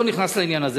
לא נכנס לעניין הזה,